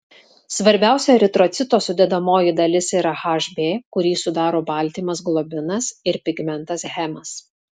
svarbiausia eritrocito sudedamoji dalis yra hb kurį sudaro baltymas globinas ir pigmentas hemas